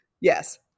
yes